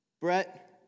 Brett